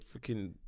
freaking